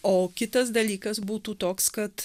o kitas dalykas būtų toks kad